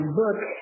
book